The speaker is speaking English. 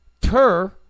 Tur